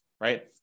right